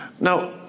Now